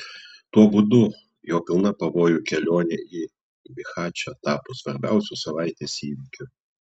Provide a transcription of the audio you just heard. tuo būdu jo pilna pavojų kelionė į bihačą tapo svarbiausiu savaitės įvykiu